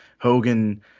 hogan